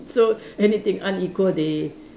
so anything unequal they